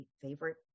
favorite